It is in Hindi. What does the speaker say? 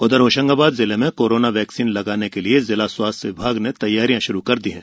उधर होशंगाबाद जिले में कोरोना वैक्सीन लगाने के लिए जिला स्वास्थ्य विभाग ने तैयारियां श्रू कर दी हैं